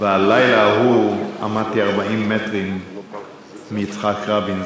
ובלילה ההוא עמדתי 40 מטרים מיצחק רבין,